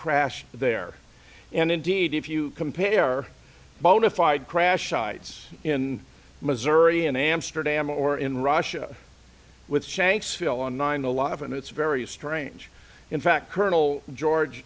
crash there and indeed if you compare bonafide crash sites in missouri in amsterdam or in russia with shanksville on nine eleven it's very strange in fact colonel george